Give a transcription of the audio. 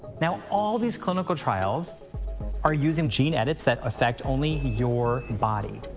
now all of these clinical trials are using gene edits that affect only your body.